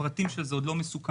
הפרטים של זה עוד לא מסוכמים,